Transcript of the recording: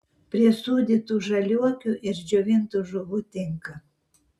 prie sūdytų žaliuokių ir džiovintų žuvų tinka